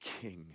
king